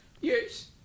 Yes